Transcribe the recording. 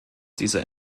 dieser